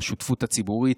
על השותפות הציבורית,